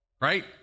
right